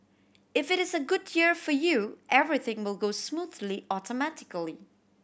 if it is a good year for you everything will go smoothly automatically